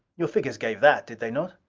your figures gave that, did they not?